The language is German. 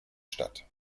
statt